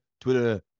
Twitter